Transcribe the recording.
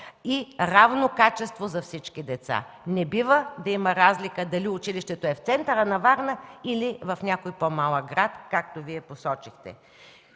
и равно качество за всички деца”. Не бива да има разлика дали училището е в центъра на Варна или в някой по-малък град, както Вие посочихте.